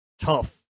tough